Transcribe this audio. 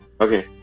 okay